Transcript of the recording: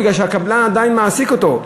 בגלל שהקבלן עדיין מעסיק אותו.